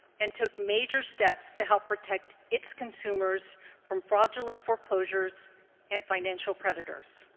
and took major steps to help protect its consumers from fraudulent foreclosures and financial predators.